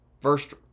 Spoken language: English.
first